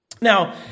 Now